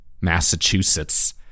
Massachusetts